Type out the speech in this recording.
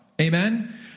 Amen